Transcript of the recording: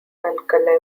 alkali